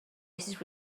his